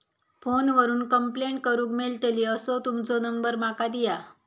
Phone करून complaint करूक मेलतली असो तुमचो नंबर माका दिया?